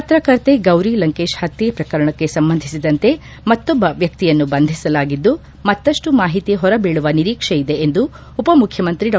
ಪತ್ರಕರ್ತೆ ಗೌರಿಲಂಕೇಶ್ ಹತ್ಯೆ ಪ್ರಕರಣಕ್ಕೆ ಸಂಬಂಧಿಸಿದಂತೆ ಮತ್ತೊಬ್ಬ ವ್ವಕ್ತಿಯನ್ನು ಬಂಧಿಸಲಾಗಿದ್ದು ಮತ್ತಪ್ಟು ಮಾಹಿತಿ ಹೊರ ಬೀಳುವ ನಿರೀಕ್ಷೆಯಿದೆ ಎಂದು ಉಪಮುಖ್ಯಮಂತ್ರಿ ಡಾ